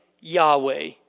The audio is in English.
Yahweh